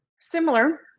Similar